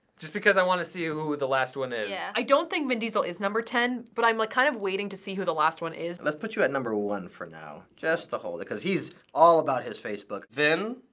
just because i wanna see who the last one is. yeah. i don't think vin diesel is number ten, but i'm kinda like kind of waiting to see who the last one is. let's put you at number one for now, just to hold it, cause he's all about his facebook. vin,